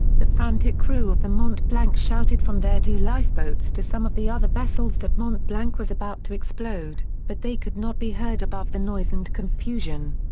the frantic crew of the mont-blanc shouted from their two lifeboats to some of the other vessels that mont-blanc was about to explode, but they could not be heard above the noise and confusion.